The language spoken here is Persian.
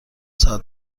ساعت